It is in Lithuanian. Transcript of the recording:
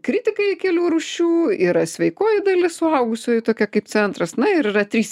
kritikai kelių rūšių yra sveikoji dalis suaugusiųjų tokia kaip centras na ir yra trys